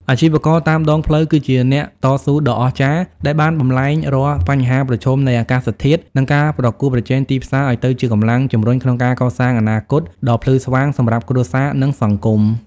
អាជីវករតាមដងផ្លូវគឺជាអ្នកតស៊ូដ៏អស្ចារ្យដែលបានបំប្លែងរាល់បញ្ហាប្រឈមនៃអាកាសធាតុ និងការប្រកួតប្រជែងទីផ្សារឱ្យទៅជាកម្លាំងជម្រុញក្នុងការកសាងអនាគតដ៏ភ្លឺស្វាងសម្រាប់គ្រួសារ និងសង្គម។